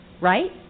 right